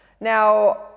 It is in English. Now